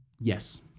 Yes